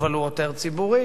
אבל הוא עותר ציבורי,